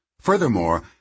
Furthermore